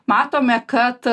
matome kad